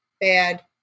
bad